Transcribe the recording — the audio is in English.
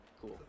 Cool